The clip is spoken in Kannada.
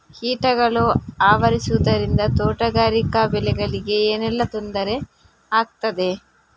ಕೀಟಗಳು ಆವರಿಸುದರಿಂದ ತೋಟಗಾರಿಕಾ ಬೆಳೆಗಳಿಗೆ ಏನೆಲ್ಲಾ ತೊಂದರೆ ಆಗ್ತದೆ?